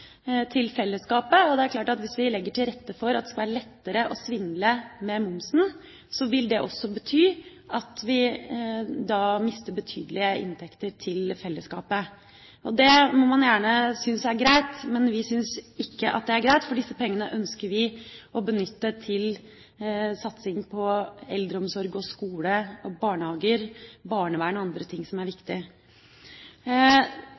Det er klart at hvis vi legger til rette for at det skal være lettere å svindle med momsen, vil det også bety at vi mister betydelige inntekter til fellesskapet. Det må man gjerne syns er greit, men vi syns ikke at det er greit, for disse pengene ønsker vi å benytte til satsing på eldreomsorg, skole, barnehager, barnevern og andre ting som er